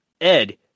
ed